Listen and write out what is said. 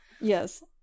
Yes